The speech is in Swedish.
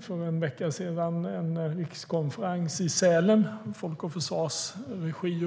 för en vecka sedan en rikskonferens i Sälen i Folk och Försvars regi.